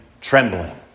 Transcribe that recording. trembling